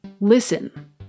listen